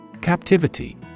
Captivity